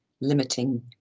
limiting